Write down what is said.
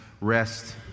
rest